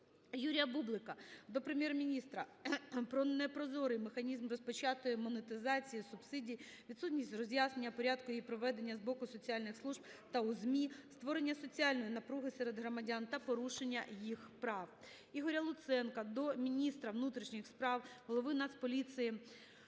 Юрія Бублика до Прем'єр-міністра про непрозорий механізм розпочатої монетизації субсидій, відсутність роз'яснень порядку її проведення з боку соціальних служб та у ЗМІ, створення соціальної напруги серед громадян та порушення їх прав. Ігоря Луценка до міністра внутрішніх справ, голови Нацполіції